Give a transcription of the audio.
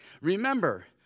Remember